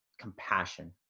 compassion